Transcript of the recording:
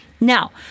Now